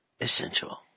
essential